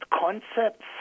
concepts